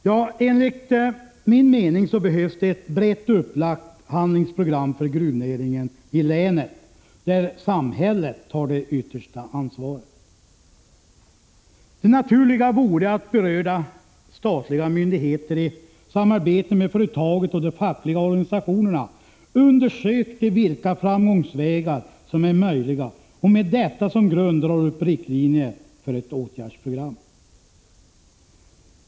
Ja, enligt min mening behövs ett brett upplagt handlingsprogram för gruvnäringen i länet, där samhället tar det yttersta ansvaret. Det naturliga vore att berörda statliga myndigheter i samarbete med företaget och de fackliga organisationerna undersökte vilka framgångsvägar som är möjliga och med detta som grund drog upp riktlinjer för ett åtgärdsprogram.